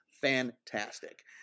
fantastic